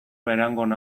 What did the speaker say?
berangon